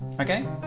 Okay